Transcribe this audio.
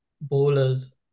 bowlers